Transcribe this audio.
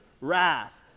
wrath